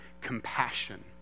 compassion